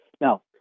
Now